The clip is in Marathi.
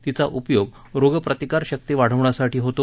तिचा उपयोग रोगप्रतिकारशक्ती वाढवण्यासाठी होतो